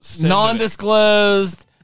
non-disclosed